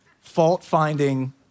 fault-finding